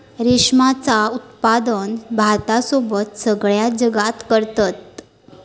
रेशमाचा उत्पादन भारतासोबत सगळ्या जगात करतत